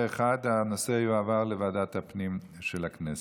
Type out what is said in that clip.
פה אחד, הנושא יועבר לוועדת הפנים של הכנסת.